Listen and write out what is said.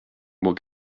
what